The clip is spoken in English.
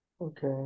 Okay